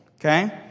Okay